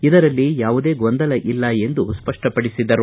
ಇದರಲ್ಲಿ ಯಾವುದೇ ಗೊಂದಲ ಇಲ್ಲ ಎಂದು ಸ್ಪಷ್ಟ ಪಡಿಸಿದರು